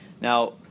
Now